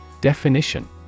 Definition